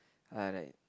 alright